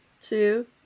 two